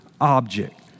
object